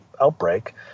outbreak